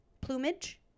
plumage